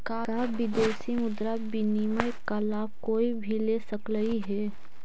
का विदेशी मुद्रा विनिमय का लाभ कोई भी ले सकलई हे?